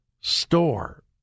store